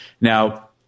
Now